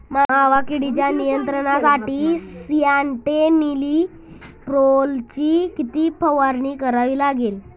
मावा किडीच्या नियंत्रणासाठी स्यान्ट्रेनिलीप्रोलची किती फवारणी करावी लागेल?